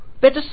Better